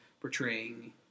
portraying